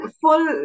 full